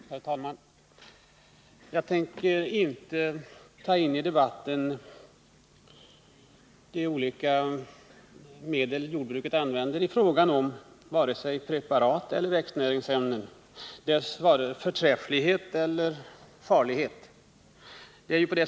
Herr talman! Jag tänker inte föra in i debatten de olika medel jordbruket använder — vare sig preparats eller växtnäringsämnens förträfflighet eller farlighet.